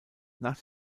nach